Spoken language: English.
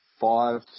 five